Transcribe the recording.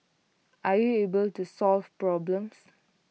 are you able to solve problems